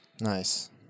Nice